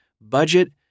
budget